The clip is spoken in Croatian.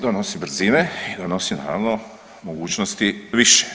Donosi brzine i donosi naravno mogućnosti više.